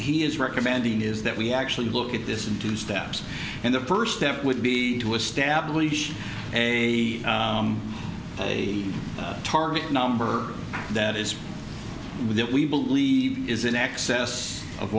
he is recommending is that we actually look at the in two steps and the first step would be to establish a a target number that is that we believe is in excess of